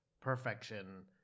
perfection